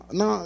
no